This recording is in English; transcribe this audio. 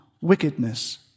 wickedness